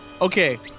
Okay